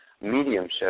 mediumship